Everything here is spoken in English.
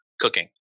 cooking